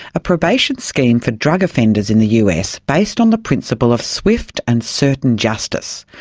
a probation scheme for drug offenders in the us, based on the principle of swift and certain justice.